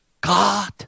God